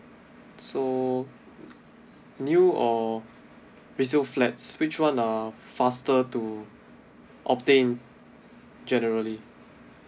so new or resale flats which one are faster to obtain generally